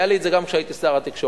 היה לי את זה גם כשהייתי שר התקשורת,